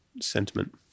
sentiment